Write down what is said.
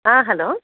hello